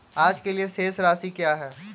आज के लिए शेष राशि क्या है?